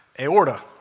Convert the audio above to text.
Aorta